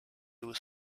with